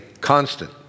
constant